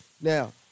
Now